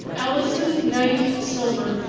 allison knight silver.